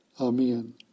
Amen